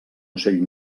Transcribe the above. ocell